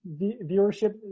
viewership